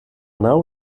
nau